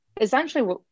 essentially